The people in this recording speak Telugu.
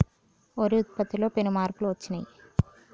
వరి ఉత్పత్తిలో పెను మార్పులు వచ్చినాయ్